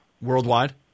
Worldwide